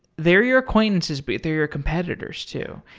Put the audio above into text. they're your acquaintances, but they're your competitors too.